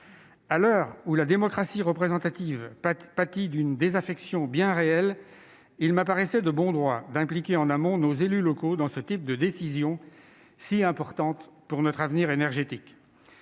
À l'heure où la démocratie représentative pâtit d'une désaffection bien réelle, il m'apparaissait de bon droit d'impliquer en amont nos élus locaux dans ce type de décision, si importante pour notre avenir énergétique.